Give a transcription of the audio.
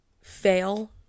fail